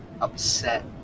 upset